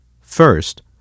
First